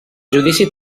judici